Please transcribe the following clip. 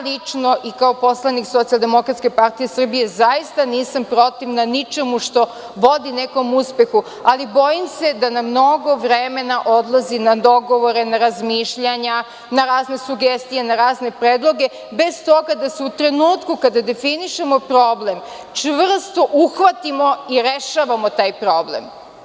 Lično i kao poslanik SDPS zaista nisam protiv ničemu što vodi nekom uspehu, ali bojim se da nam mnogo vremena odlazi na dogovore, na razmišljanja, na razne sugestije, na razne predloge, bez toga da se u trenutku kada definišemo problem čvrsto uhvatimo i rešavamo taj problem.